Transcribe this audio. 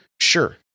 sure